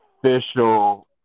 official